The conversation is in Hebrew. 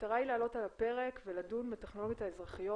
המטרה היא להעלות על הפרק ולדון בטכנולוגיות האזרחיות